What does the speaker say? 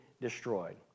destroyed